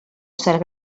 cert